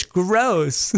gross